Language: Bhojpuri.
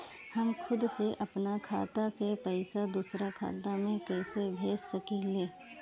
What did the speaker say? हम खुद से अपना खाता से पइसा दूसरा खाता में कइसे भेज सकी ले?